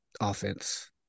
offense